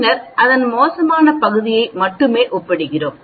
பின்னர் அதன் மோசமான பகுதியை மட்டுமே ஒப்பிடுகிறோம்